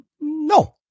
No